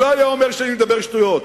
הוא לא היה אומר שאני מדבר שטויות.